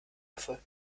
erfolg